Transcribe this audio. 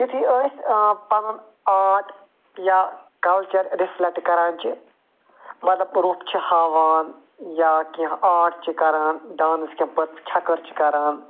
یُتھٕے أسۍ پَنُن آرٹ یا کلچَر رِفلیٚکٹ کران چھِ مطلب روٚف چھِ ہاوان یا کیٚنہہ آرٹ چھِ کران ڈانَس کیٚنہہ پتہٕ چھکٕر چھِ کران